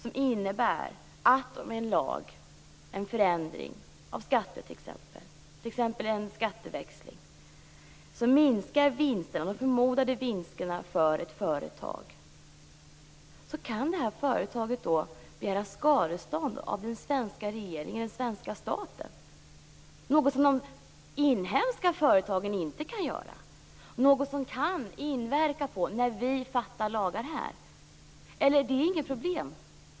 Om en lag, t.ex. en lag om skatteväxling, innebär att de förmodade vinsterna för ett företag minskar kan företaget begära skadestånd av den svenska staten, något som de inhemska företagen inte kan. Detta kan komma att inverka på de lagar vi stiftar här i riksdagen. Är det inte ett problem?